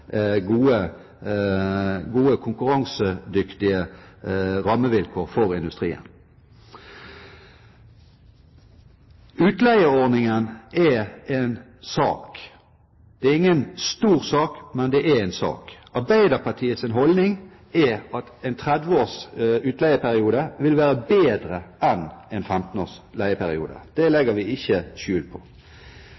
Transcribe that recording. gode, konkurransedyktige rammevilkår for industrien. Utleieordningen er en sak. Det er ingen stor sak, men det er en sak. Arbeiderpartiets holdning er at en 30 års utleieperiode vil være bedre enn en 15 års leieperiode. Det